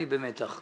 אני במתח.